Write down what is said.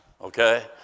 okay